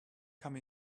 come